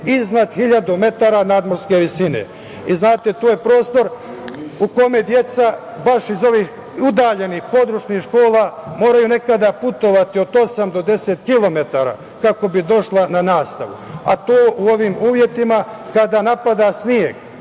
iznad 1000 metara nadmorske visine. Tu je prostor u kome deca baš iz ovih udaljenih područnih škola moraju nekada putovati od osam do deset kilometara kako bi došla na nastavu. To u ovim uslovima kada napada sneg